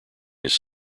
his